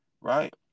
right